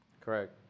Correct